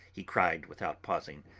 he cried without pausing.